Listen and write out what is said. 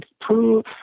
prove